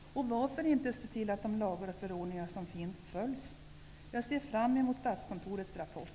Varför inte se till att de lagar och förordningar som finns följs? Jag ser fram emot Statskontorets rapport.